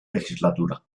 legislatura